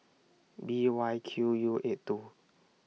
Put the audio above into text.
B Y Q U eight two